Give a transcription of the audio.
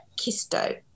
Kisto